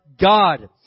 God